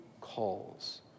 calls